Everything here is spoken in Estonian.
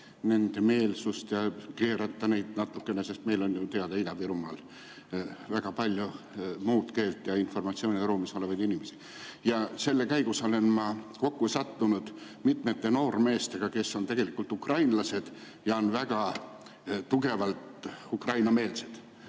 nende meelsust ja keerata neid natukene, sest meil on ju teada[olevalt] Ida-Virumaal väga palju muud keelt ja [muus] informatsiooniruumis olevaid inimesi. Selle käigus olen ma kokku sattunud mitmete noormeestega, kes on tegelikult ukrainlased ja on väga tugevalt Ukraina‑meelsed.